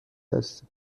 هستیم